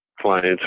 clients